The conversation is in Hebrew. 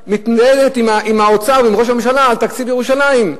מתנהלת עם האוצר ועם ראש הממשלה על תקציב ירושלים.